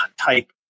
type